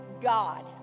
God